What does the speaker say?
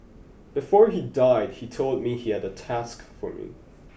before he died he told me he had a task for me